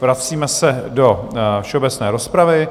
Vracíme se do všeobecné rozpravy.